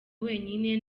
wenyine